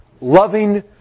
loving